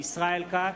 ישראל כץ,